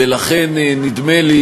ולכן נדמה לי